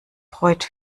freut